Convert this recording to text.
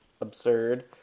absurd